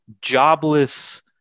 jobless